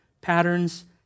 Patterns